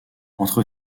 entre